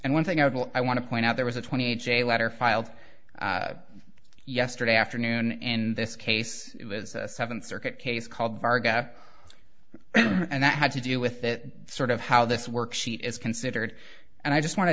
and one thing i will i want to point out there was a twenty j letter filed yesterday afternoon and in this case it was a seventh circuit case called varga and that had to do with that sort of how this works she is considered and i just want to